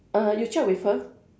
uh you check with her